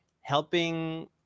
helping